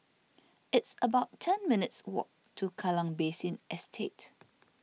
it's about ten minutes' walk to Kallang Basin Estate